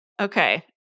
Okay